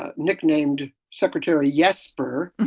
ah nicknamed secretary yes, burr,